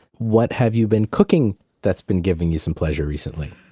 what have you been cooking that's been giving you some pleasure recently?